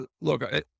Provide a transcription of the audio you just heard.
look